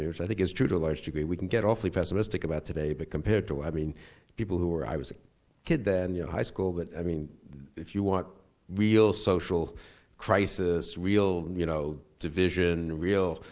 yeah which i think is true to a large degree, we can get awfully pessimistic about today but compared to i mean people who were, i was a kid then in yeah high school, but i mean if you want real social crisis. real you know division, real,